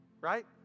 right